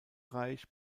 reich